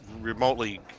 remotely